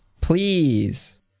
Please